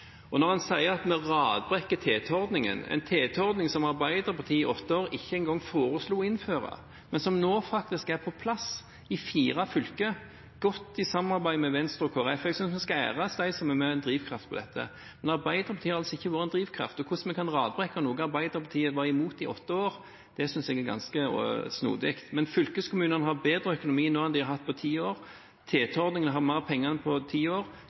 sier at vi radbrekker TT-ordningen, en TT-ordning som Arbeiderpartiet i åtte år ikke engang foreslo å innføre, men som nå faktisk er på plass i fire fylker, i godt samarbeid med Venstre og Kristelig Folkeparti. Jeg synes vi skal ære dem som er drivkraften bak dette. Arbeiderpartiet har ikke vært en drivkraft. Hvordan kan vi radbrekke noe som Arbeiderpartiet var imot i åtte år? Jeg synes det er ganske snodig. Fylkeskommunene har bedre økonomi nå enn de har hatt på ti år. TT-ordningen har mer penger enn på ti år. Kollektivsatsingen i byene er større enn på mange år.